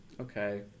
okay